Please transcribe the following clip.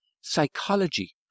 psychology